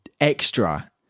extra